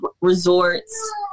resorts